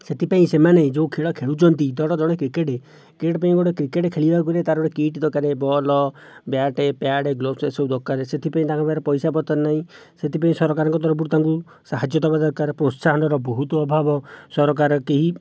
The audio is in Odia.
ସେଥିପାଇଁ ସେମାନେ ଯେଉଁ ଖେଳ ଖେଳୁଛନ୍ତି ଧର ଜଣେ କ୍ରିକେଟ୍ କ୍ରିକେଟ୍ ପାଇଁ ଗୋଟିଏ କ୍ରିକେଟ୍ ଖେଳିବାକୁ ହେଲେ ତା'ର ଗୋଟିଏ କିଟ୍ ଦରକାର ବଲ୍ ବ୍ୟାଟ୍ ପ୍ୟାଡ୍ ଗ୍ଳୋଭସ୍ ଏହିସବୁ ଦରକାର ସେଥିପାଇଁ ତାଙ୍କ ପାଖରେ ପଇସାପତ୍ର ନାହିଁ ସେଥିପାଇଁ ସରକାରଙ୍କ ତରଫରୁ ତାକୁ ସାହାଯ୍ୟ ଦେବା ଦରକାର ପ୍ରୋତ୍ସାହନର ବହୁତ ଅଭାବ ସରକାର କେହି